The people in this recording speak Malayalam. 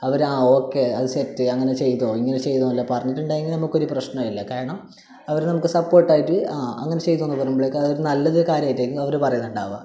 അവർ ആ ഓക്കെ സെറ്റ് അങ്ങനെ ചെയ്തോ ഇങ്ങനെ ചെയ്തോ എന്നെല്ലാം പറഞ്ഞിട്ടുണ്ടെങ്കിൽ നമുക്കൊരു പ്രശ്നവുമില്ല കാരണം അവർ നമുക്ക് സപോർട്ട് ആയിട്ട് ആ അങ്ങനെ ചെയ്തോ എന്ന് പറയുമ്പോഴേക്ക് അതൊരു നല്ലൊരു കാര്യമായിട്ടായിരിക്കും അവർ പറയുന്നുണ്ടാവുക